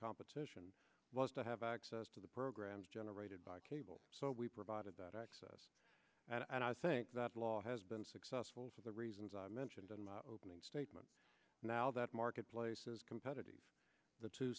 competition was to have access to the programs generated by cable so we provided that access and i think that law has been successful for the reasons i mentioned in my opening statement now that marketplace is competitive the two